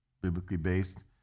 biblically-based